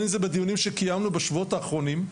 אם בדיונים שקיימנו בשבועות האחרונים,